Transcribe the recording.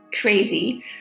crazy